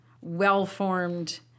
well-formed